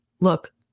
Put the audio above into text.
look